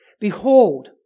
behold